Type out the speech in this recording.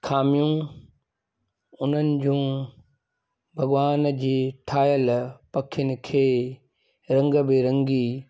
खामियूं उन्हनि जूं भॻवान जी ठाहियल पखियुनि खे रंग बिरंगी